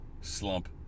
slump